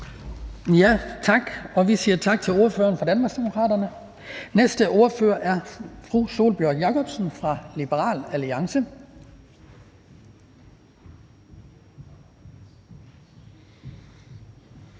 Vi siger tak til ordføreren fra Danmarksdemokraterne. Den næste ordfører er fru Sólbjørg Jakobsen fra Liberal Alliance.